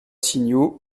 signaux